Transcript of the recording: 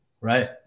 Right